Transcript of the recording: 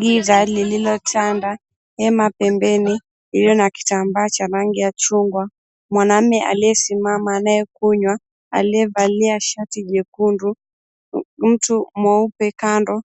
Giza lililotanda, hema pembeni iliyo na kitambaa cha rangi ya chungwa, mwanamme alisimama anayekunywa, alivalia shati jekundu, mtu mweupe kando